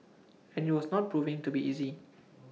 and IT was not proving to be easy